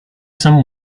some